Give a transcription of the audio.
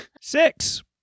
six